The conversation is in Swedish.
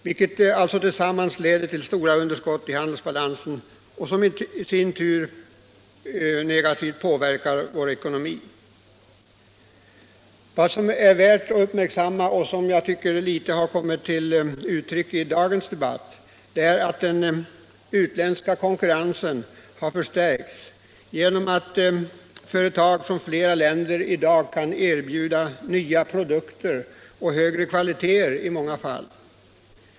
Allt detta tillsammans leder till stora underskott i handelsbalansen, och detta i sin tur påverkar vår ekonomi i negativ riktning. Vad som är värt att uppmärksamma och som endast i ringa mån kommit till uttryck i dagens debatt är att den utländska konkurrensen har förstärkts genom att företag från flera länder i dag kan erbjuda nya produkter och i många fall högre kvalitet på sina varor.